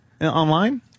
online